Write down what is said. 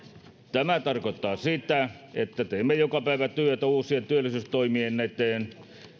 tämä tarkoittaa sitä että teemme joka päivä työtä uusien työllisyystoimien eteen